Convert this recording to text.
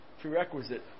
prerequisite